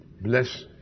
bless